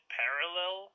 parallel